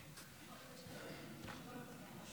תודה, אדוני